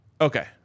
Okay